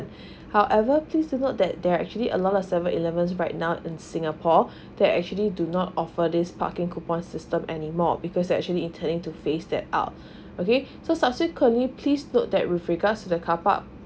however please to note that there are actually a lot of seven eleven right now in singapore there actually do not offer this parking coupon system anymore because that actually intend to face that out okay so subsequently please note that with regards to the carpark